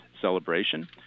celebration